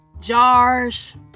jars